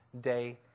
day